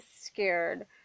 scared